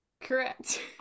correct